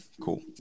Cool